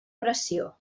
pressió